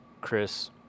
Chris